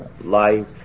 life